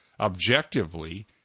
objectively